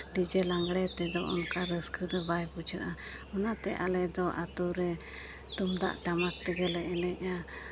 DJ ᱞᱟᱜᱽᱬᱮ ᱛᱮᱫᱚ ᱚᱱᱠᱟ ᱨᱟᱹᱥᱠᱟᱹ ᱫᱚ ᱵᱟᱭ ᱵᱩᱡᱷᱟᱹᱜᱼᱟ ᱚᱱᱟᱛᱮ ᱟᱞᱮ ᱫᱚ ᱟᱹᱛᱩ ᱨᱮ ᱛᱩᱢᱫᱟᱜ ᱴᱟᱢᱟᱠ ᱛᱮᱜᱮᱞᱮ ᱮᱱᱮᱡᱼᱟ